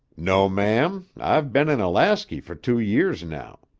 no, ma'am. i've been in alasky for two years now.